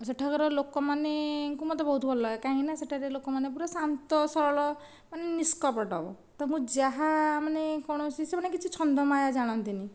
ସେଠାକାର ଲୋକମାନେଙ୍କୁ ବହୁତ ଭଲ ଲାଗେ କାହିଁକି ନା ସେଠାକାର ଲୋକମାନେ ବହୁତ ଶାନ୍ତ ସରଳ ମାନେ ନିଷ୍କପଟ ତ ମୁଁ ଯାହା ମାନେ କୌଣସି ସେମାନେ କିଛି ଛନ୍ଦ ମାୟା ଜାଣନ୍ତିନି